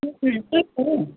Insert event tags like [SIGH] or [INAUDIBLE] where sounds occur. [UNINTELLIGIBLE]